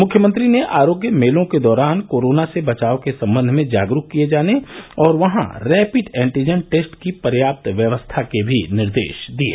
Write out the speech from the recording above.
मुख्यमंत्री ने आरोग्य मेलो के दौरान कोरोना से बचाव के संबंध में जागरूक किये जाने और वहां रैपिड एंटीजन टेस्ट की पर्याप्त व्यवस्था के भी निर्देश दिये